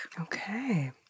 Okay